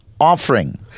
Offering